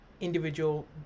individual